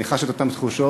אני חש את אותן תחושות.